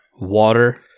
water